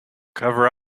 cover